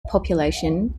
population